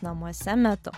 namuose metu